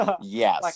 Yes